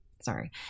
Sorry